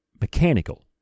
mechanical